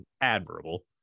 admirable